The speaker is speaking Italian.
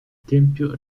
tempio